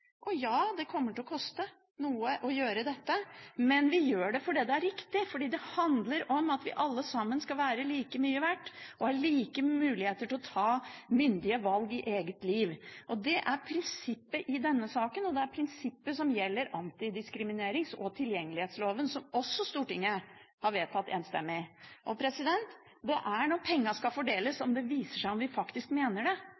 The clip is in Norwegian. utviklingshemning. Ja, det kommer til å koste noe å gjøre dette, men vi gjør det fordi det er riktig, fordi det handler om at vi alle sammen er like mye verdt og skal ha like muligheter til å ta myndige valg i eget liv. Det er prinsippet i denne saken, og det er prinsippet som gjelder i antidiskriminerings- og tilgjengelighetsloven, som også Stortinget har vedtatt enstemmig. Det er når pengene skal fordeles, at det